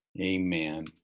Amen